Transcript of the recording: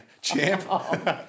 Champ